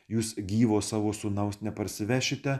jūs gyvo savo sūnaus neparsivešite